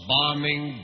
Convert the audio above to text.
bombing